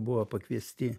buvo pakviesti